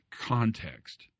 context